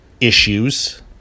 issues